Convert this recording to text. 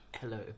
Hello